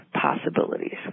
possibilities